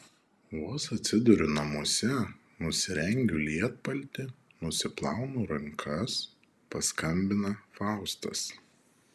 vos atsiduriu namuose nusirengiu lietpaltį nusiplaunu rankas paskambina faustas